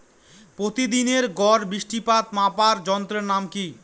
প্রতিদিনের গড় বৃষ্টিপাত মাপার যন্ত্রের নাম কি?